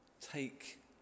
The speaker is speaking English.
Take